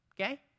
Okay